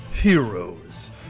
heroes